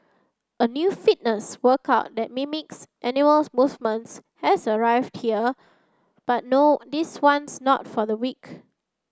a new fitness workout that mimics animal movements has arrived here but no this one's not for the weak